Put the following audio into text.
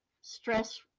stress